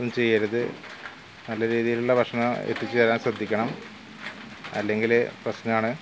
ഒന്നും ചെയ്യരുത് നല്ല രീതിയിലുള്ള ഭക്ഷണം എത്തിച്ചു തരാൻ ശ്രദ്ധിക്കണം അല്ലെങ്കിൽ പ്രശ്നമാണ്